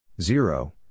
Zero